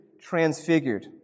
transfigured